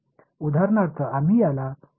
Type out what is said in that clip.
उदाहरणार्थ आम्ही याला म्हणू शकतो